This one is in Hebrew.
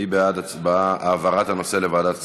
מי בעד העברת הנושא לוועדת הכספים?